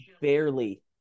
barely